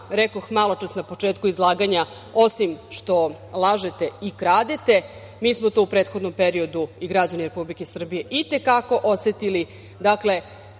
maločas, na početku izlaganja, osim što lažete i kradete, mi smo to u prethodnom periodu i građani Republike Srbije i te kako osetili. Dakle,